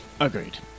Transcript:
Agreed